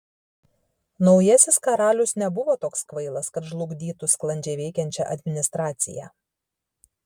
naujasis karalius nebuvo toks kvailas kad žlugdytų sklandžiai veikiančią administraciją